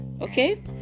okay